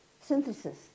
synthesis